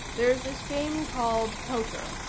there's this game called poker.